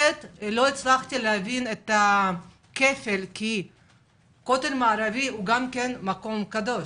לא הצלחתי להבין את כפל התפקידים כי הכותל המערבי הוא גם מקום קדוש,